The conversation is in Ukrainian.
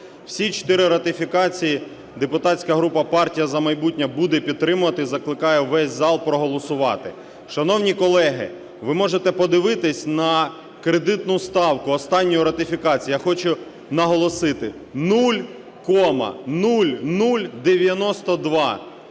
Всі чотири ратифікації депутатська група "Партія "За майбутнє" буде підтримувати і закликає весь зал проголосувати. Шановні колеги, ви можете подивитись на кредитну ставку останньої ратифікації, я хочу наголосити, 0,0092.